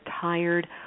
tired